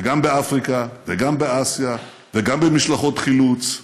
גם באפריקה וגם באסיה, גם במשלחות חילוץ,